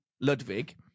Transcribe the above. Ludwig